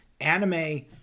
Anime